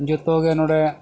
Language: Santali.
ᱡᱚᱛᱚ ᱜᱮ ᱱᱚᱰᱮ